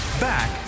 Back